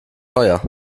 teuer